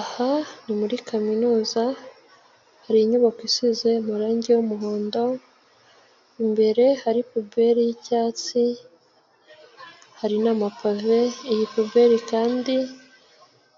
Aha ni muri kaminuza hari inyubako isize amarangi y'umuhondo, imbere hari pubele y'icyatsi hari n'amapave, iyi pubele kandi